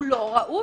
הוא לא ראוי.